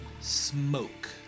smoke